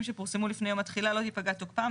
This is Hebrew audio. שפורסמו לפני יום התחילה לא ייפגע תוקפם,